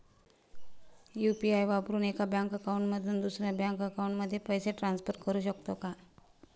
UPI वापरून एका bank account मधून दुसऱ्या बँक अकाउंटमध्ये पैसे ट्रान्सफर करू शकतो का?